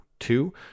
two